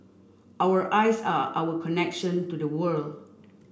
our eyes are our connection to the world